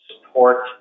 support